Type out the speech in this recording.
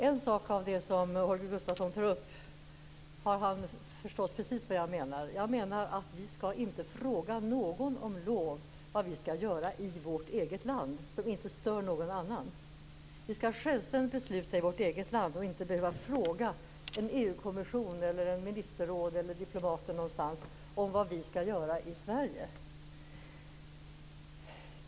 Fru talman! På en punkt har Holger Gustafsson förstått precis vad jag menar. Jag menar att vi inte skall fråga någon om lov när det gäller vad vi skall göra i vårt eget land som inte stör någon annan. Vi skall självständigt besluta i vårt eget land, inte behöva fråga en EU-kommission, ett ministerråd eller några diplomater någonstans om vad vi skall göra i Sverige.